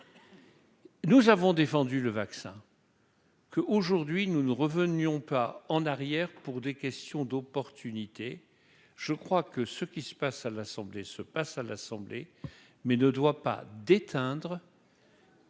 Nous avons défendu le vaccin. Que aujourd'hui nous ne revenions pas en arrière pour des questions d'opportunité, je crois que ce qui se passe à l'assemblée se passe à l'Assemblée, mais ne doit pas d'éteindre.